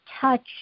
touch